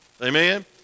amen